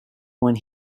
when